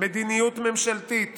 מדיניות ממשלתית